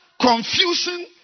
confusion